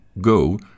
go